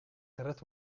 gered